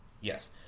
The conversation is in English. Yes